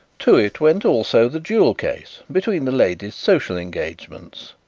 to it went also the jewel-case between the lady's social engagements,